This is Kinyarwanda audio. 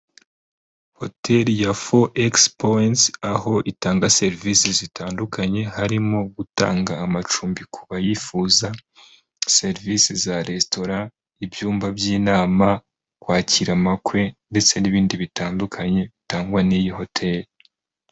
Hotel ya Four X Points, aho itanga serivisi zitandukanye harimo gutanga amacumbi ku bayifuza, serivisi za restaurant, ibyuyumba by'inama, kwakira amakwe ndetse n'ibindi bitandukanye bitangwa n'iyi hotel.